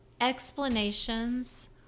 explanations